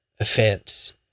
Offense